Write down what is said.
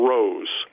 Rose